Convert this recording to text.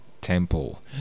Temple